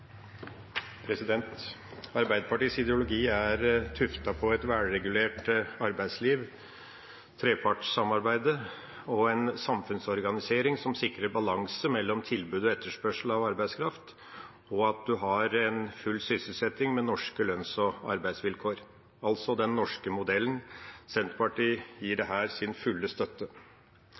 på et velregulert arbeidsliv, trepartssamarbeidet, en samfunnsorganisering som sikrer balanse mellom tilbud og etterspørsel av arbeidskraft, og at man har full sysselsetting med norske lønns- og arbeidsvilkår – altså, den norske modellen. Senterpartiet gir dette sin fulle støtte.